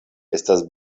estas